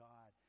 God